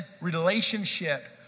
relationship